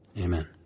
Amen